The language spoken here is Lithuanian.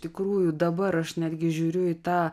tikrųjų dabar aš netgi žiūriu į tą